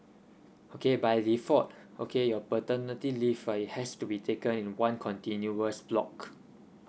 okay by default okay your paternity leave right it has to be taken in one continuous block